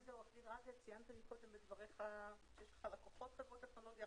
ציינת מקודם בדבריך שיש לך לקוחות חברות טכנולוגיה.